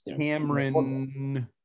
Cameron